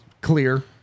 clear